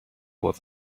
with